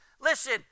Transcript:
Listen